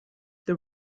the